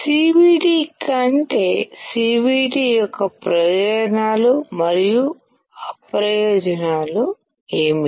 PVD కంటే CVD యొక్క ప్రయోజనాలు మరియు అప్రయోజనాలు ఏమిటి